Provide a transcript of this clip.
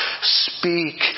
speak